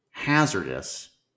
hazardous